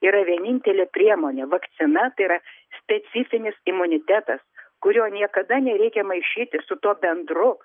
yra vienintelė priemonė vakcina tai yra specifinis imunitetas kurio niekada nereikia maišyti su tuo bendru